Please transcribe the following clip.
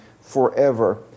forever